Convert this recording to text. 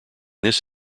this